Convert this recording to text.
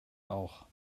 auch